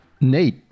nate